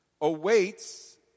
awaits